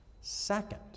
Second